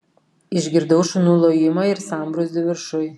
išgirdau šunų lojimą ir sambrūzdį viršuj